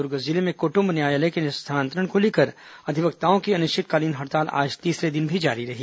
दुर्ग जिले में कुटुम्ब न्यायालय के स्थानांतरण को लेकर अधिवक्ताओं की अनश्चितकालीन हड़ताल आज तीसरे दिन भी जारी रही